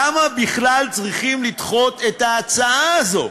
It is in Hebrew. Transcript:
למה בכלל צריכים לדחות את ההצעה הזו?